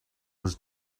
was